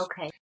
Okay